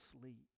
sleep